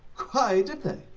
why did they,